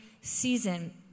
season